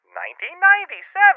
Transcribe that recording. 1997